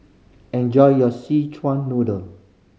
enjoy your Szechuan Noodle